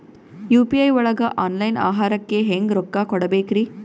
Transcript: UPI ಒಳಗ online ಆಹಾರಕ್ಕೆ ಹೆಂಗ್ ರೊಕ್ಕ ಕೊಡಬೇಕ್ರಿ?